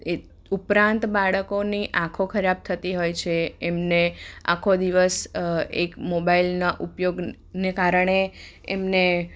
એ ઉપરાંત બાળકોની આંખો ખરાબ થતી હોય છે એમને આખો દિવસ એક મોબાઈલના ઉપયોગને કારણે એમને